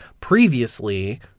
previously